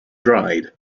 dried